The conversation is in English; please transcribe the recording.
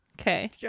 Okay